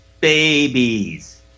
Babies